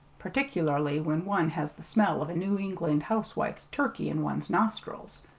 particularly when one has the smell of a new england housewife's turkey in one's nostrils.